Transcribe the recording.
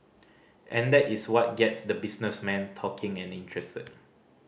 and that is what gets the businessmen talking and interested